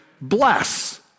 BLESS